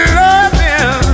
loving